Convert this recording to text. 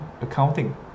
accounting